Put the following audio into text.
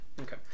Okay